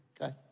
okay